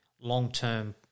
long-term